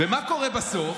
ומה קורה בסוף?